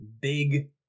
big